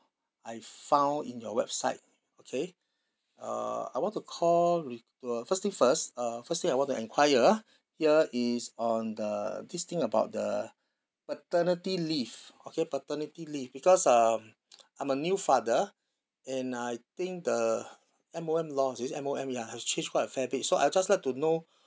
I found in your website okay uh I want to call re~ uh first thing first uh firstly I want to enquire here is on the this thing about the paternity leave okay paternity leave because um I'm a new father and I think the M_O_M laws is it M_O_M ya has changed quite a fair bit so I would just like to know